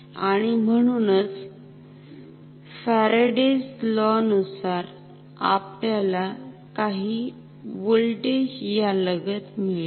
आणि म्हणुनच Faraday's law Faraday's law नुसार आपल्याला काही व्होल्टेज यालगत मिळेल